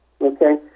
okay